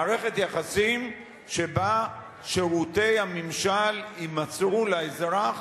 מערכת יחסים שבה שירותי הממשל יימסרו לאזרח